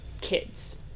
kids